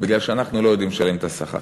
כי אנחנו לא יודעים לשלם את השכר,